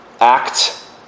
act